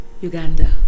Uganda